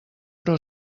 però